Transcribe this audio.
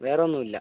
വേറെ ഒന്നുമില്ല